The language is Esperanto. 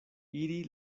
iri